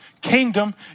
kingdom